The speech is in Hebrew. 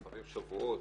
לפעמים שבועות,